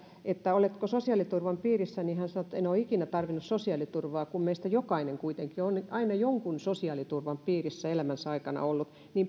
oletko sosiaaliturvan piirissä niin hän sanoo että en ole ikinä tarvinnut sosiaaliturvaa kun meistä jokainen kuitenkin on jonkun sosiaaliturvan piirissä elämänsä aikana ollut